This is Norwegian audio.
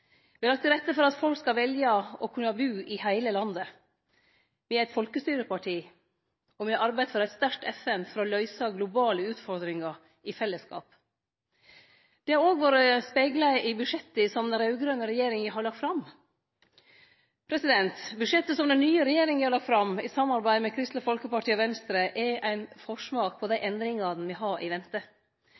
har lagt til rette for at folk kan velje å bu i heile landet. Me er eit folkestyreparti. Og me har arbeidd for eit sterkt FN, for å løyse globale utfordringar i fellesskap. Det har òg vore spegla i budsjetta som den raud-grøne regjeringa har lagt fram. Budsjettet som den nye regjeringa har lagt fram, i samarbeid med Kristeleg Folkeparti og Venstre, er ein forsmak på dei endringane me har i